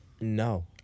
No